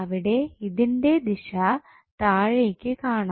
അവിടെ ഇതിൻറെ ദിശ താഴേക്ക് കാണാം